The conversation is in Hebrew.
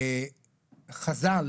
חז"ל